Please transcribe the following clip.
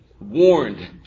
warned